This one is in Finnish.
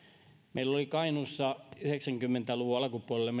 meillä oli kainuussa yhdeksänkymmentä luvun alkupuolella